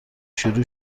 شروع